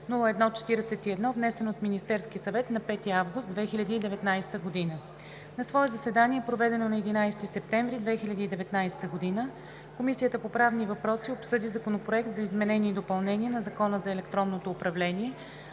902-01-41, внесен от Министерския съвет на 5 август 2019 г. На свое заседание, проведено на 11 септември 2019 г., Комисията по правни въпроси обсъди Законопроект за изменение и допълнение на Закона за електронното управление,